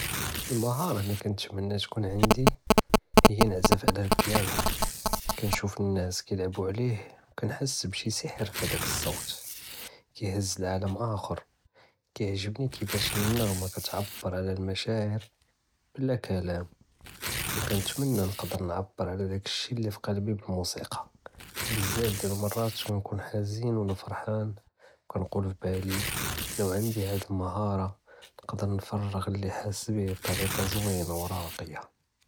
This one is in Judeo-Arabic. אלמְהַארַה לִי כּנתְמנַא תְכוּן ענדִי הִיֵא כּנְעְזְף עלא אלבִּיַאנו, כּנְשוּף נַאס כִּילְעְבּו עלֵיה כּנְחס בּשי סִחְר פְהַאדַאק צוַּוט תיהְז לַעְלַאם אַח׳ַר, כִּיעְ׳גְ׳בּנִי כּיפאש נַעְ׳מַה כּתְעַבֶּר עלא אלמְשַאעֶר בּלַא כְּלַאם וּכּנתְמנַא נְקְּדֶר נְעַבֶּר עלא דַאק שי לִי פקַּלְבִּי בּמוסִיקַּא, בּזַאפ דִיַאל למְרַאת כּנְכוּן חזִין ולא פַרְחַאן כּנְגוּל פבּאלִי לוּ ענדִי האד בּמְהַארַה נְקְּד נְפַרְע לִי חַאס בִּיה בּטְרִיקַּה זוִינַה וּרַאקִיַה.